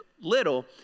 little